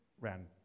ran